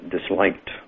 disliked